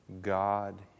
God